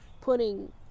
putting